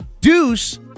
Deuce